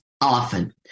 often